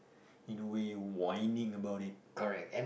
in a way whining about it correct